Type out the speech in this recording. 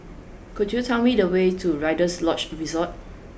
could you tell me the way to Rider's Lodge Resort